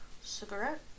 cigarette